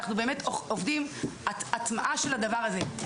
אנחנו באמת עובדים על הטמעה של הדבר הזה,